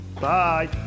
bye